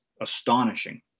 astonishing